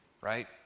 right